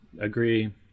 agree